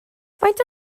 faint